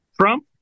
Trump